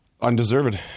Undeserved